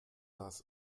das